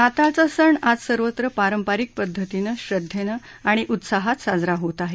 नाताळचा सण आज सर्वत्र पारंपारिक पद्धतीनं श्रद्धेनं आणि उत्साहात साजरा होत आहे